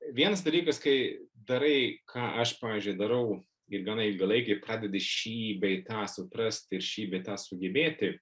vienas dalykas kai darai ką aš pavyzdžiui darau ir gana ilgą laiką ir pradedi šį bei tą suprasti ir šį bei tą sugebėti